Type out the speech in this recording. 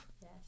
Yes